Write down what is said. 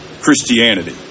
Christianity